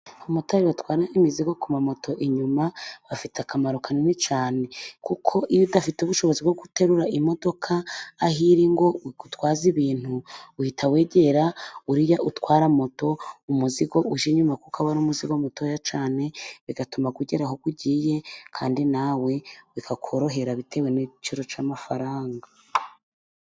Abamotari batwara imizigo ku mamoto inyuma, bafite akamaro kanini cyane kuko iyo udafite ubushobozi bwo guterura, imodoka aho iri ngo igutwaze ibintu, uhita wegera uriya utwara moto umuzigo ujya inyuma, kuko aba ari umuzigo mutoya cyane, bigatuma ugera aho ugiye kandi nawe bikakorohera bitewe n'igiciro cy'amafaranga.